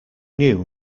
new